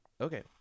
Okay